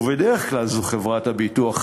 ובדרך כלל זו חברת הביטוח,